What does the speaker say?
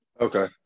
Okay